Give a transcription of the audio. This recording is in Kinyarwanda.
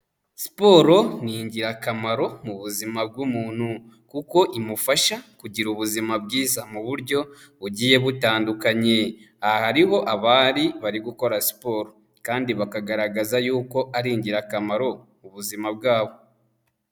Siporo ni ingirakamaro mu buzima bw'umuntu kuko imufasha kugira ubuzima bwiza mu buryo bugiye butandukanye. Aha hariho abari bari gukora siporo kandi bakagaragaza yuko ari ingirakamaro, ku buzima bwabo.